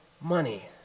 money